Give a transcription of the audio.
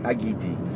Agiti